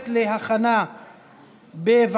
(תיקון מס' 53) (תשלום שכר לעובד שאינו תושב הרשות המקומית),